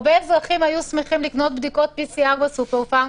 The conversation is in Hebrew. הרבה אזרחים היו שמחים לקנות בדיקות PCR בסופר-פארם,